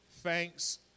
Thanks